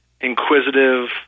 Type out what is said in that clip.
inquisitive